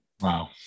Wow